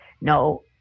no